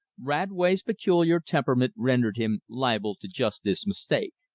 radway's peculiar temperament rendered him liable to just this mistake.